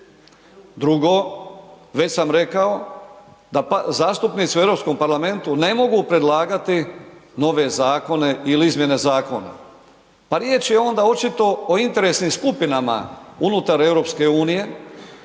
Drugo, već sam rekao da zastupnici u EU parlamentu ne mogu predlagati nove zakone ili izmjene zakona. Pa riječ je onda očito o interesnim skupinama unutar EU koje